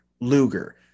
Luger